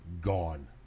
gone